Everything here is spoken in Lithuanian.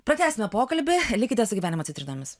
pratęsime pokalbį likite su gyvenimo citrinomis